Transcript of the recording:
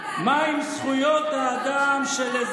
מה עם זכויות האדם של נשים בצה"ל?